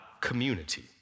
community